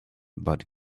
but